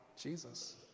Jesus